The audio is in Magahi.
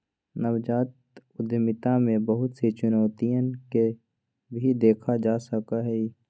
नवजात उद्यमिता में बहुत सी चुनौतियन के भी देखा जा सका हई